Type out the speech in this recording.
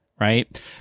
Right